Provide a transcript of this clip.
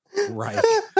right